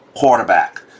quarterback